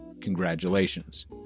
Congratulations